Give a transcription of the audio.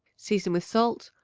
season with salt,